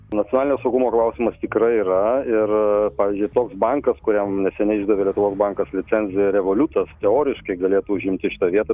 nacionalinio saugumo klausimas tikrai yra ir pavyzdžiui toks bankas kuriam neseniai išdavė lietuvos bankas licenziją revoliutas teoriškai galėtų užimti šitą vietą